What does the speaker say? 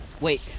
Wait